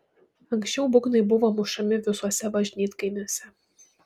anksčiau būgnai buvo mušami visuose bažnytkaimiuose